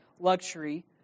luxury